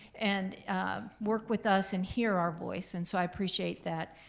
and work with us and hear our voice, and so i appreciate that.